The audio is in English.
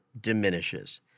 diminishes